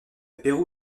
pérou